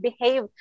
behave